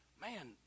man